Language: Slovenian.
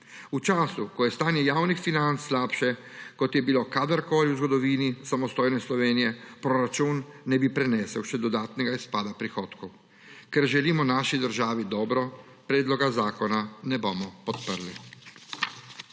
V času, ko je stanje javnih financ slabše, kot je bilo kadarkoli v zgodovini samostojne Slovenije, proračun ne bi prenesel še dodatnega izpada dohodkov. Ker želimo naši državi dobro, predloga zakona ne bomo podprli.